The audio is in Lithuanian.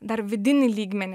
dar vidinį lygmenį